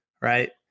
right